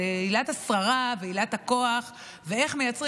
זו עילת השררה ועילת הכוח ואיך מייצרים